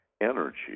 energy